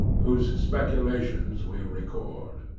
whose speculations we record.